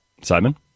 Simon